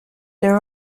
there